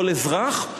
כל אזרח?